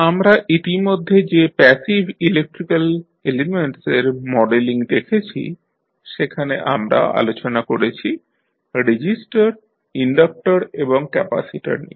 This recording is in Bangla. আমরা ইতিমধ্যে যে প্যাসিভ ইলেক্ট্রিক্যাল এলিমেন্টস এর মডেলিং দেখেছি সেখানে আমরা আলোচনা করেছি রেজিস্টর ইনডাকটর এবং ক্যাপাসিটর নিয়ে